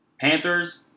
Panthers